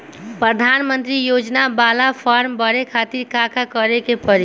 प्रधानमंत्री योजना बाला फर्म बड़े खाति का का करे के पड़ी?